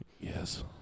Yes